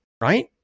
right